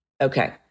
Okay